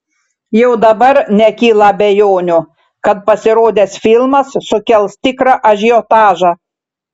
jau dabar nekyla abejonių kad pasirodęs filmas sukels tikrą ažiotažą